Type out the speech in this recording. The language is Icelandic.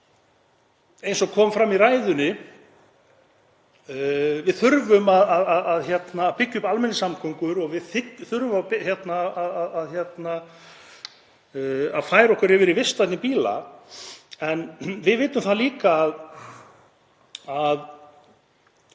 eins og kom fram í ræðunni, að byggja upp almenningssamgöngur og við þurfum að færa okkur yfir í vistvænni bíla. En við vitum það líka að